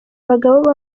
bagabo